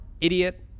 idiot